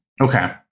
Okay